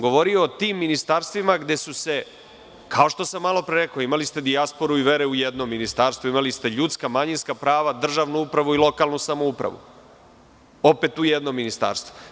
Govorio sam o tim ministarstvima gde su se, kao što sam malopre rekao, imali ste dijasporu i vere u jednom ministarstvu, imali ste ljudska, manjinska prava, državnu upravu i lokalnu samoupravu, opet u jednom ministarstvu.